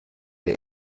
der